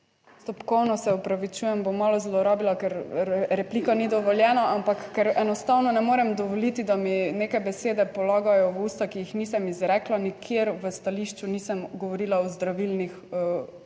Postopkovno, se opravičujem, bom malo zlorabila, ker replika ni dovoljena, ampak ker enostavno ne morem dovoliti, da mi neke besede polagajo v usta, ki jih nisem izrekla, nikjer v stališču nisem govorila o zdravilnih učinkih